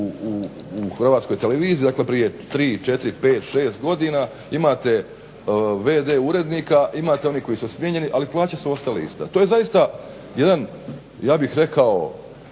u Hrvatskoj televiziji dakle prije tri, četiri, pet, šest godina imate v.d. urednika imate onih koji su smijenjeni ali plaće su ostale iste. A to je zaista jedan ja bih rekao